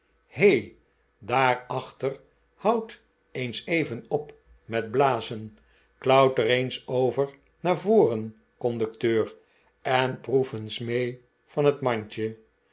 he daar achter houd eens even op met blazen klauter eens over naar voren conducteur en proef eens mee van het mandje